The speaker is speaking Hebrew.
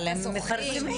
אבל הם מפרסמים.